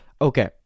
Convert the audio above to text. Okay